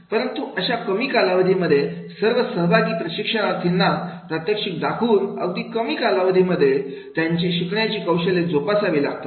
परंतु अशा कमी कालावधीमध्ये सर्व सहभागी प्रशिक्षणार्थींना प्रात्यक्षिक दाखवून अगदी कमी कालावधीमध्ये त्यांची शिकण्याची कौशल्य जोपासावी लागतात